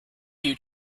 you